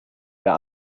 wer